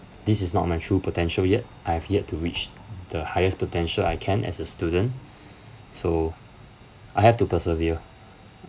this is not my true potential yet I have yet to reach the highest potential I can as a student so I have to persevere